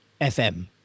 FM